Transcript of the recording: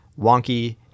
wonky